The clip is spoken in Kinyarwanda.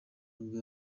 nibwo